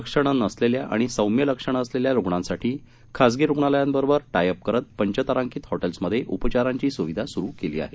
लक्षणे नसलेल्या आणि सौम्य लक्षणे असलेल्या रुग्णांसाठी खासगी रुग्णालयांबरोबर टायअप करत पंचतारांकित हॉटेल्समध्ये उपचारांची सुविधा सुरू केली आहे